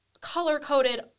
color-coded